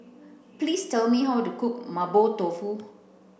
please tell me how to cook mapo tofu